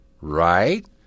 right